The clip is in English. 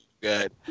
good